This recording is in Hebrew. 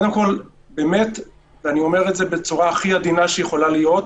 קודם כול, אני אומר בצורה הכי עדינה שיכולה להיות: